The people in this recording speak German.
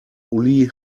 uli